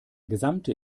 gesamte